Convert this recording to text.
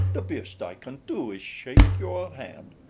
the bist i can do is shake your hand.